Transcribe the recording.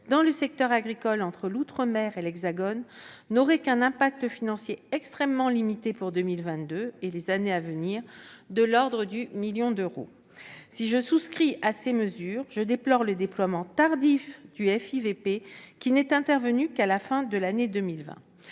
dans le secteur agricole entre l'outre-mer et l'Hexagone n'auraient qu'un impact financier extrêmement limité pour 2022 et les années à venir, de l'ordre du million d'euros. Si je souscris à ces mesures, je déplore le déploiement tardif du FIVP : celui-ci n'est intervenu qu'à la fin de l'année 2020.